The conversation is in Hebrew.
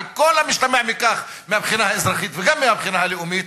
על כל המשתמע מכך מהבחינה האזרחית וגם מהבחינה הלאומית,